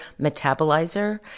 metabolizer